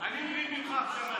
אני מבין ממך עכשיו,